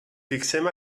fixem